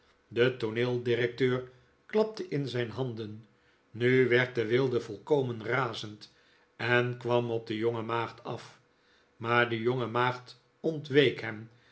de tooneeldirecteur klapte in zijn nanden nu werd de wilde volkomen razend en kwam op de jonge maagd af maar de jonge maagd ontweek